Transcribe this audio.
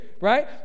right